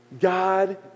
God